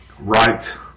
Right